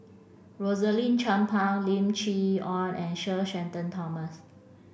Rosaline Chan Pang Lim Chee Onn and Sir Shenton Thomas